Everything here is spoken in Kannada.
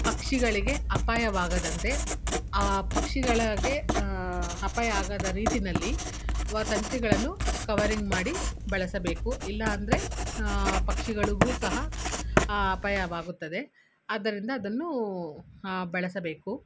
ಪಕ್ಷಿಗಳಿಗೆ ಅಪಾಯವಾಗದಂತೆ ಪಕ್ಷಿಗಳಿಗೆ ಅಪಾಯ ಆಗದ ರೀತಿಯಲ್ಲಿ ವ ತಂತಿಗಳನ್ನು ಕವರಿಂಗ್ ಮಾಡಿ ಬಳಸಬೇಕು ಇಲ್ಲ ಅಂದರೆ ಪಕ್ಷಿಗಳಿಗೂ ಸಹ ಅಪಾಯವಾಗುತ್ತದೆ ಆದ್ದರಿಂದ ಅದನ್ನು ಬಳಸಬೇಕು